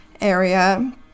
area